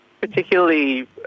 Particularly